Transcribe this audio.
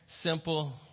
simple